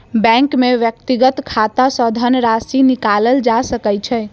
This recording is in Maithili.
बैंक में व्यक्तिक खाता सॅ धनराशि निकालल जा सकै छै